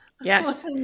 yes